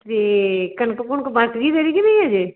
ਅਤੇ ਕਣਕ ਕੁਣਕ ਪੱਕ ਗਈ ਤੇਰੀ ਕਿ ਨਹੀਂ ਅਜੇ